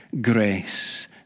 grace